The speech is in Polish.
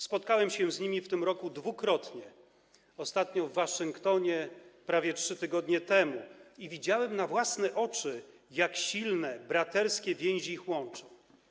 Spotkałem się z nimi w tym roku dwukrotnie, ostatnio w Waszyngtonie prawie 3 tygodnie temu i widziałem na własne oczy, jak silne braterskie więzi ich łączą.